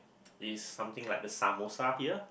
it's something like the here